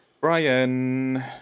Brian